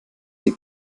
sie